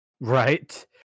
Right